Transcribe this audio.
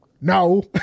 No